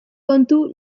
kontu